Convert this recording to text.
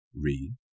read